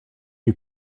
you